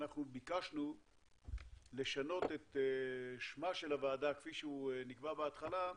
אנחנו ביקשנו לשנות את שמה של הוועדה כפי שהוא נקבע בהתחלה,